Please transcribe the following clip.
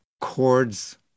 chords